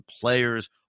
players